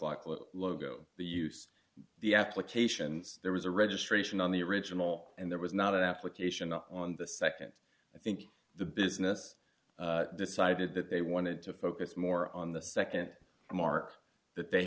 little logo the use the applications there was a registration on the original and there was not an application on the nd i think the business decided that they wanted to focus more on the nd mark that they